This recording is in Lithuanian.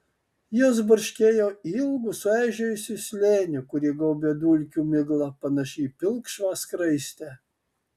jos barškėjo ilgu suaižėjusiu slėniu kurį gaubė dulkių migla panaši į pilkšvą skraistę